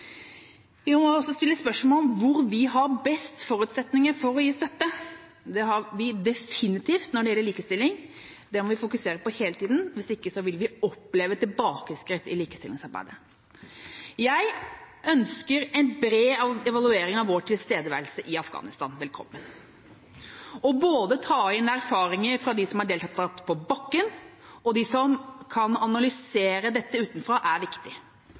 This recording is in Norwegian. Vi må også stille spørsmål om hvor vi har best forutsetning for å gi støtte. Det har vi definitivt når det gjelder likestilling. Det må vi fokusere på hele tiden, hvis ikke vil vi oppleve tilbakeskritt i likestillingsarbeidet. Jeg ønsker en bred evaluering av vår tilstedeværelse i Afghanistan velkommen. Å ta inn erfaringer både fra dem som har deltatt på bakken, og fra dem som kan analysere dette utenfra, er viktig.